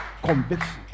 Conviction